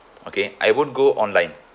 okay I won't go online